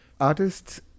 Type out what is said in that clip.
artists